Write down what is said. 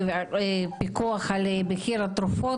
או פיקוח על מחיר התרופות.